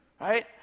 right